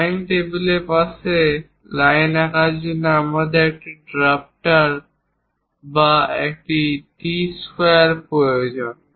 drawing টেবিলের পাশে line আঁকার জন্য আমাদের একটি ড্রাফটার বা একটি টি স্কোয়ার প্রয়োজন